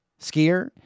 skier